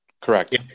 Correct